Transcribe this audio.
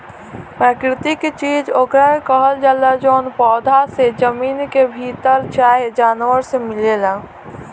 प्राकृतिक चीज ओकरा के कहल जाला जवन पौधा से, जमीन के भीतर चाहे जानवर मे मिलेला